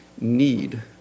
need